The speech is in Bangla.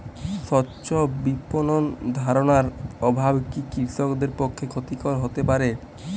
স্বচ্ছ বিপণন ধারণার অভাব কি কৃষকদের পক্ষে ক্ষতিকর হতে পারে?